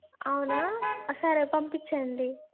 అవునా సరే పంపించండి